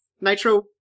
Nitro